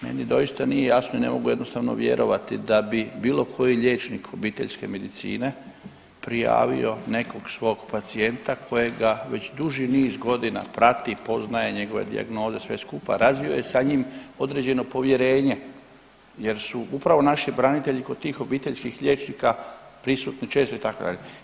Meni doista nije jasno i ne mogu jednostavno vjerovati da bi bilo koji liječnik obiteljske medicine prijavio nekog svog pacijenta kojega već duži niz godina prati, poznaje njegove dijagnoze, sve skupa, razvio je sa njim određeno povjerenje jer su upravo naši branitelji kod tih obiteljskih liječnika prisutni često, itd.